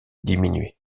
diminué